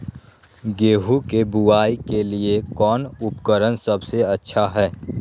गेहूं के बुआई के लिए कौन उपकरण सबसे अच्छा है?